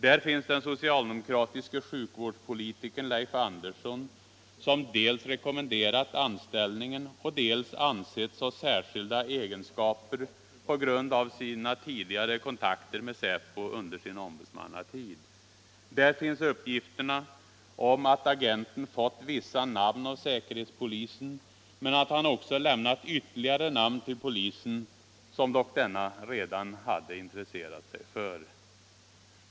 Där finns den socialdemokratiske sjukvårdspolitikern Leif Andersson, som dels rekommenderat anställningen, dels ansetts ha särskilda egenskaper på grund av sina tidigare kontakter med säpo under sin ombudsmannatid. Där finns uppgifterna om att agenten fått vissa namn av säkerhetspolisen, men att han också lämnat ytterligare namn till polisen, vilka denna dock redan hade intresserat sig för.